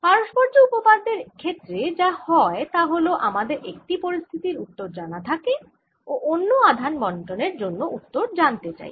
পারস্পর্য্য উপপাদ্যের ক্ষেত্রে যা হয় তা হল আমাদের একটি পরিস্থিতির উত্তর জানা থাকে ও অন্য আধান বণ্টনের জন্য উত্তর জানতে চাই